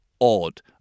odd